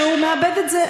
שהוא מאבד את זה.